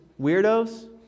weirdos